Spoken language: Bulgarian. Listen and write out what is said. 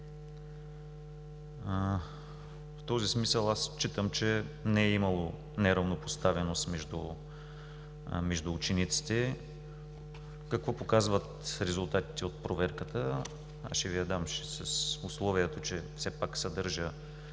В този смисъл аз отчитам, че не е имало неравнопоставеност между учениците. Какво показват резултатите от проверката – аз ще Ви ги дам с условието, че все пак съдържат